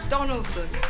Donaldson